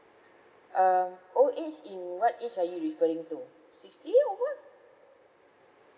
um old age in what age are you referring to sixty over